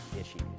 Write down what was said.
issues